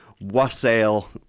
wassail